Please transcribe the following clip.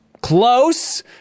Close